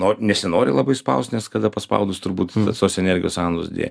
no nesinori labai spaust nes kada paspaudus turbūt tos energijos sąnaudos didėja